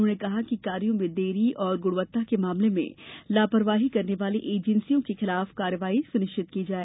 उन्होंने कहा कि कार्यों में देरी और गुणवत्ता के मामले में लापरवाही करने वाली एजेंसियों के खिलाफ कार्यवाही भी सुनिश्चित की जाये